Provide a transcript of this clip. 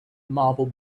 marble